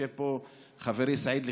ויושב פה חברי סעיד אלחרומי,